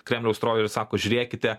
kremliaus troliai ir sako žiūrėkite